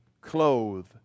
clothe